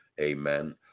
amen